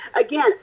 again